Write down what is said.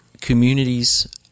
communities